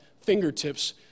fingertips